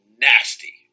nasty